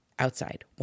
outside